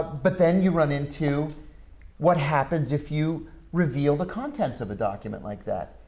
but then you run into what happens if you reveal the contents of a document like that.